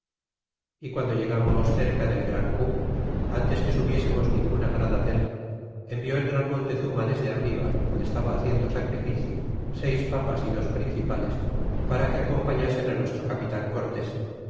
y guando llegamos cerca del gran cu ntes que subiésemos ninguna grada del envió el gran montezuma desde arriba donde estaba haciendo sacrificio seis papas y dos principales para que acompañasen nuestro capitan cortés